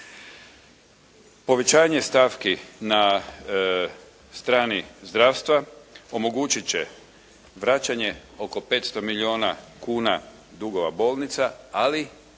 Povećanje stavki na strani zdravstva omogućiti će vraćanje oko 500 milijuna kuna dugova bolnica, ali